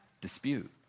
dispute